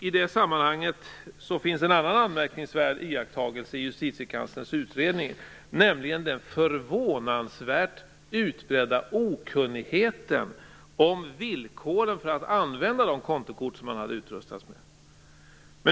I det sammanhanget finns det en annan anmärkningsvärd iakttagelse i justitiekanslerns utredning, nämligen den förvånansvärt utbredda okunnigheten om villkoren för att använda de kontokort som man hade utrustats med.